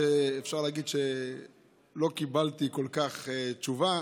אפשר להגיד שלא קיבלתי כל כך תשובה,